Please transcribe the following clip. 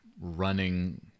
running